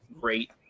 great